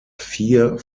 vier